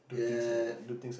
yeah